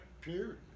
Period